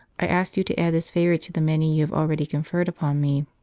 i ask you to add this favour to the many you have already conferred upon me.